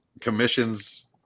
Commissions